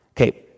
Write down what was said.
Okay